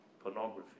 Pornography